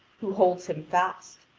who holds him fast.